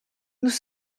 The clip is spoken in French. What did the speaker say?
nous